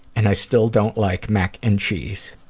and i still don't like mac and cheese.